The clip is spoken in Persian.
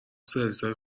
سرویسهای